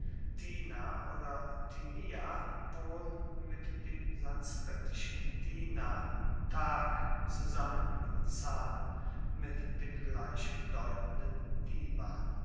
tina oder tinia wohl mit dem sanskritischen dina tag zusammen wie mit dem gleichbedeutenden diwan